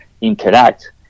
interact